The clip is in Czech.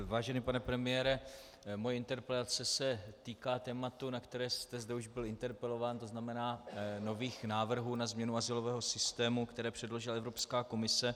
Vážený pane premiére, moje interpelace se týká tématu, na které jste zde už byl interpelován, to znamená nových návrhů na změnu azylového systému, které předložila Evropská komise.